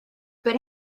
but